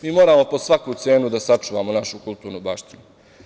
Mi moramo po svaku cenu da sačuvamo našu kulturnu baštinu.